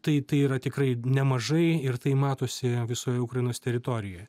ta tai yra tikrai nemažai ir tai matosi visoj ukrainos teritorijoj